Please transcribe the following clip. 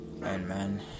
man